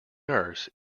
nurse